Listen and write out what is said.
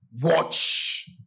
Watch